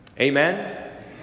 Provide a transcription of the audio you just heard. Amen